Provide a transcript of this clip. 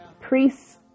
priests